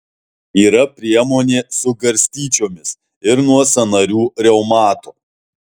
yra priemonė su garstyčiomis ir nuo sąnarių reumato